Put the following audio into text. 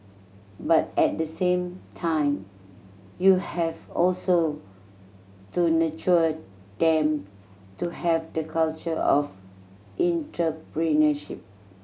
but at the same time you have also to nurture them to have the culture of entrepreneurship